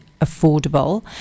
affordable